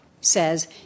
says